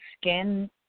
skin